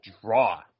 draw